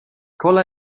kolla